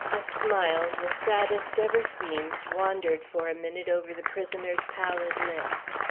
a smile, the saddest ever seen, wandered for a minute over the prisoner's pallid lips.